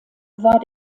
war